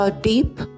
deep